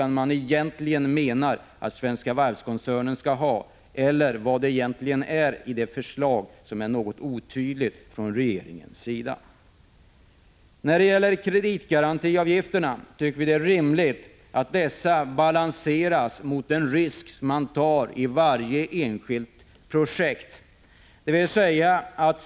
Anser regeringen att Svenska Varv skall ha ett 25-procentigt borgensåtagande, eller vad är det man menar? När det gäller kreditgarantiavgifterna tycker vi att det är rimligt att dessa avgifter bör anpassas till den risk som tas för varje enskilt projekt.